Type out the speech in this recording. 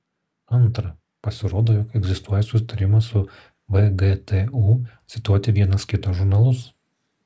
antra pasirodo jog egzistuoja susitarimas su vgtu cituoti vienas kito žurnalus